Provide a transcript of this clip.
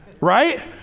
right